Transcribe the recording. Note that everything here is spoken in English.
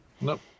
Nope